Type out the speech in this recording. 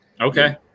okay